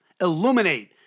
Illuminate